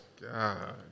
God